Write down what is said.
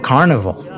Carnival